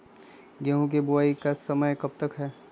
गेंहू की बुवाई का समय कब तक है?